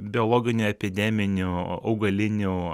biologinio epideminių augalinių